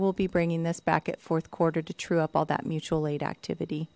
will be bringing this back at fourth quarter to true up all that mutual aid activity